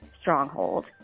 stronghold